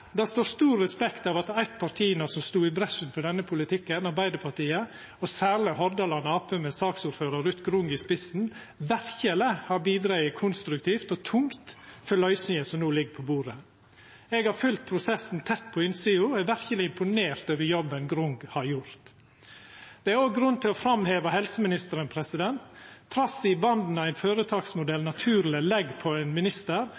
Det står stor respekt av at eit av partia som gjekk i bresjen for denne politikken, Arbeidarpartiet – og særleg Hordaland Arbeidarparti med saksordførar Ruth Grung i spissen – verkeleg har bidrege konstruktivt og tungt til løysinga som no ligg på bordet. Eg har følgt prosessen tett på innsida, og eg er verkeleg imponert over jobben Grung har gjort. Det er òg grunn til å framheva helseministeren, trass i banda ein føretaksmodell naturleg legg på ein minister.